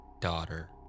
daughter